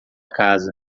casa